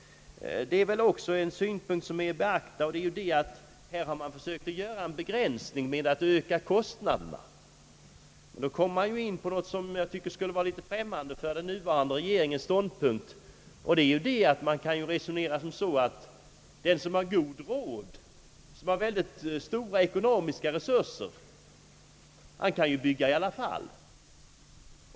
Det är väl också en annan synpunkt som måste beaktas, och det är att man försökt att göra en begränsning genom att öka kostnaderna. Då kommer man in på något som jag tycker borde vara främmande för den nuvarande rege ringens ståndpunkt, ty det betyder, att den som har stora ekonomiska resurser kan bygga i alla fall.